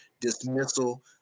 dismissal